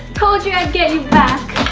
told you i'd get you back